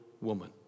woman